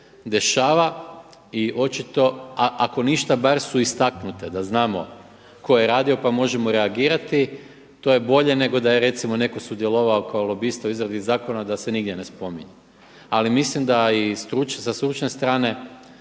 i očito, a ako ništa bar su istaknute, da znamo tko je radio pa možemo reagirati. To je bolje nego da je recimo netko sudjelovao kao lobista u izradi zakona da se nigdje ne spominje. Ali mislim da i sa stručne strane